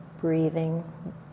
Breathing